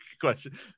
question